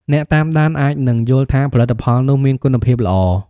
អ្នកតាមដានអាចនឹងយល់ថាផលិតផលនោះមានគុណភាពល្អ ។